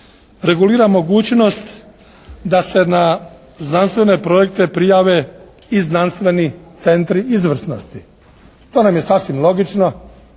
regulira mogućnost da se na znanstvene projekte prijave i znanstveni centri izvrsnosti. To nam je sasvim logično.